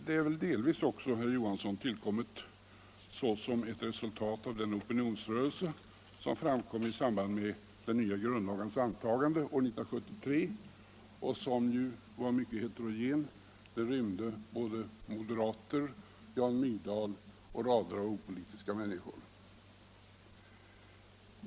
Det är väl delvis också, herr Johansson i Trollhättan, tillkommet såsom ett resultat av den opinionsrörelse som framkom i samband med den nya grundlagens antagande år 1973 och som ju var mycket heterogen. Den rymde både moderater, Jan Myrdal och rader av opolitiska människor.